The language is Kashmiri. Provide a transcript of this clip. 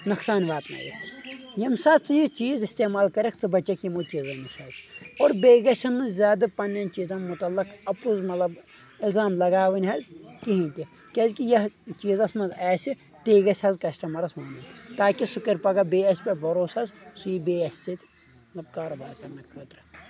نۄقصان واتنٲیِتھ ییٚمہِ ساتہٕ ژٕ یہِ چیٖز استعمال کَرکھ ژٕ بَچَکھ یِمو چیٖزو نِش حظ اور بیٚیہِ گژھَن نہٕ زیادٕ پنٛنٮ۪ن چیٖزن مُتعلق اَپُز مطلب اِلزام لگاوٕنۍ حظ کِہیٖنۍ تہِ کیازِ کہِ یہِ چیٖزَس منٛز آسہِ تی گَژھِ حظ کسٹٕمرس وَنُن تاکہِ سُہ کَرِ پگاہ بیٚیہِ اَسہِ پٮ۪ٹھ بَروس حظ سُہ یی بیٚیہِ اَسہِ سۭتۍ مطلب کارٕبارٕ کرنہٕ خٲطرٕ